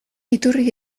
iturri